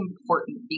important